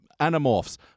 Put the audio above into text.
Animorphs